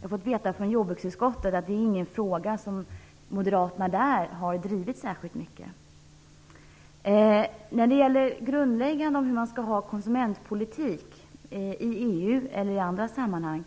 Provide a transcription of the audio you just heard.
Jag har fått veta från jordbruksutskottet att det inte är någon fråga som moderaterna i utskottet har drivit särskilt hårt. När det gäller det grundläggande, om man skall bedriva konsumentpolitik i EU eller i andra sammanhang,